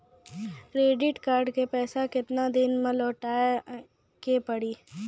Credit card के पैसा केतना दिन मे लौटाए के पड़ी?